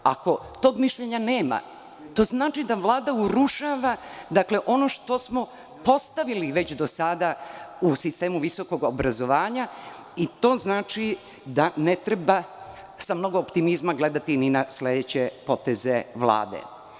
Ako tog mišljenja nema, to znači da Vlada urušava ono što smo postavili već do sada u sistemu visokog obrazovanja i to znači da ne treba sa mnogo optimizma gledati ni na sledeće poteze Vlade.